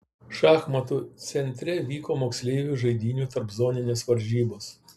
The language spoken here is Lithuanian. šachmatų centre vyko moksleivių žaidynių tarpzoninės varžybos